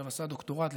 עשה דוקטורט,